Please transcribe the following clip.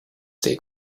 stay